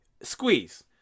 Squeeze